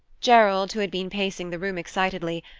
gerald, who had been pacing the room excitedly,